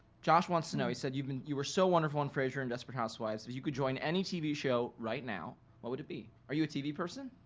josh wants to know. he said you mean you were so wonderful on frasier and desperate housewives if you could join any tv show right now what would it be? are you a tv person?